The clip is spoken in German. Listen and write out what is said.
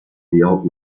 eher